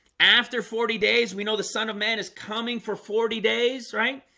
after forty days, we know the son of man is coming for forty days, right?